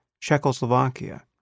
Czechoslovakia